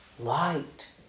Light